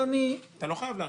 --- אתה לא חייב לאשר.